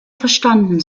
verstanden